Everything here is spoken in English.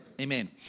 Amen